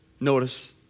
Notice